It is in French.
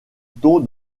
ton